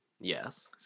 Yes